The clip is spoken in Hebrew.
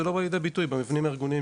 זה לא בא לידי ביטוי במבנים הארגוניים